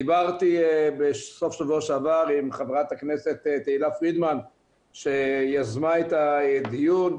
דיברתי בסוף שבוע שעבר עם חברת הכנסת תהלה פרידמן שיזמה את הדיון.